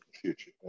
future